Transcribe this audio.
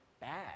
bad